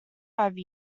five